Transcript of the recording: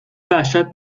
وحشت